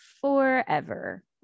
forever